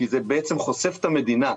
כי זה בעצם חושף את המדינה,